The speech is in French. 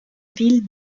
ville